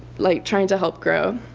like trying to help grow?